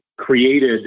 created